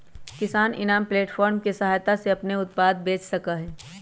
किसान इनाम प्लेटफार्म के सहायता से अपन उत्पाद बेच सका हई